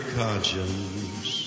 conscience